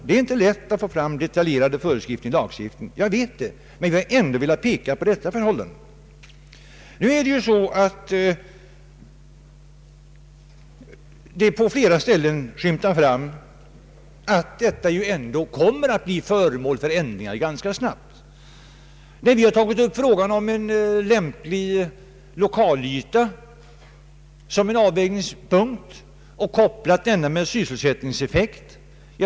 Det är inte lätt att få fram några detaljerade föreskrifter i lagstiftningen, men vi har ändå velat påpeka dessa förhållanden. Det har antytts att här ganska snabbt kommer att bli ändringar. Vi har tagit upp frågan om en lämplig lokalyta som en avvägningspunkt och kopplat ihop denna sak med sysselsättningseffekten.